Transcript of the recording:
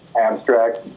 abstract